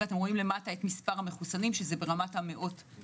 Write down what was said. אתם רואים את מספר המחוסנים מאות-אלפים.